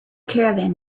caravan